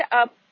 up